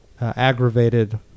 aggravated